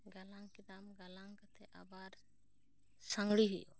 ᱜᱟᱞᱟᱝ ᱠᱮᱫᱟᱢ ᱜᱟᱞᱟᱝ ᱠᱟᱛᱮ ᱟᱵᱟᱨ ᱥᱟᱝᱜᱽᱲᱤ ᱦᱩᱭᱩᱜᱼᱟ